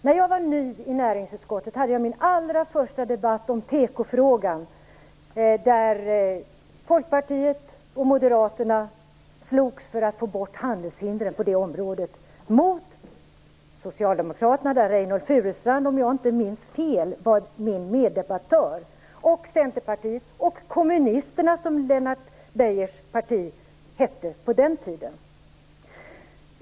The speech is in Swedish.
När jag var ny i näringsutskottet hade jag min allra första debatt om tekofrågan, där Folkpartiet och Moderaterna slogs för att få bort handelshindren på det området mot Socialdemokraterna - där Reynoldh Furustrand, om jag inte minns fel, var min meddebattör - Centerpartiet och Kommunisterna, som Lennart Beijers parti hette på den tiden.